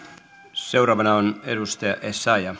seuraavana on edustaja essayah